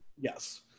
Yes